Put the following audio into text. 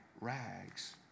rags